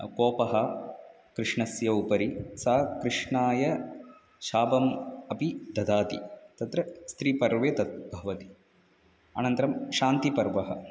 कोपः कृष्णस्य उपरि सा कृष्णाय शापम् अपि ददाति तत्र स्त्रीपर्वे तद्भवति अनन्तरं शान्तिपर्व